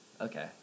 Okay